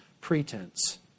pretense